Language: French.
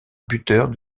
buteurs